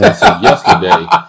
yesterday